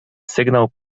sygnał